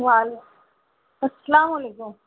وعل السلام علیکم